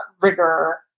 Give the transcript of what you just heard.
rigor